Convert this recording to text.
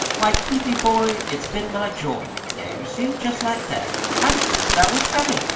why, keithie, boy, it's been my joy there, you see jest like that! i didn't know that was comin'.